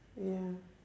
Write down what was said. ya